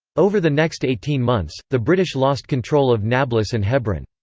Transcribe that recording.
over the next eighteen months, the british lost control of nablus and hebron.